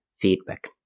feedback